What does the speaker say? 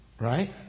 Right